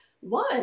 one